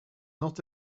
not